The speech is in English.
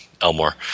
Elmore